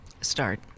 Start